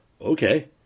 okay